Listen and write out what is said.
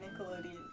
Nickelodeon